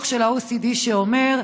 דוח של ה-OECD שאומר: